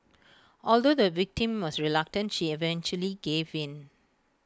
although the victim was reluctant she eventually gave in